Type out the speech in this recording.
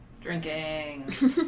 Drinking